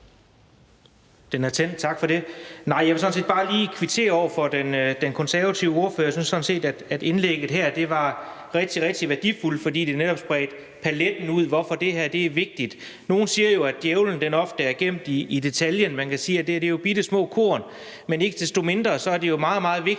Kronborg (S): Tak for det. Jeg vil sådan set bare lige kvittere over for den konservative ordfører, for jeg synes sådan set, at indlægget her var rigtig, rigtig værdifuldt, fordi det netop spredte paletten ud og viste, hvorfor det her er vigtigt. Nogle siger jo, at djævlen ofte er gemt i detaljen. Man kan sige, at det her er bittesmå korn, men ikke desto mindre er det jo meget, meget vigtigt